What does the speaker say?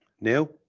Neil